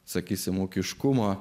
sakysime ūkiškumo